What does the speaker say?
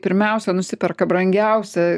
pirmiausia nusiperka brangiausią